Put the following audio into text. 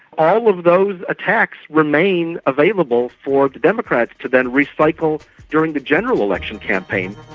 all of those attacks remain available for the democrats to then recycle during the general election campaign.